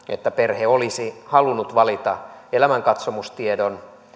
että perhe olisi halunnut valita elämänkatsomustiedon